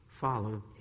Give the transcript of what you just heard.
follow